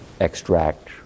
extract